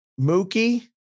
Mookie